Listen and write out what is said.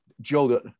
Joe